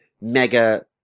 mega